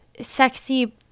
sexy